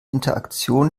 interaktion